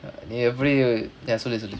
every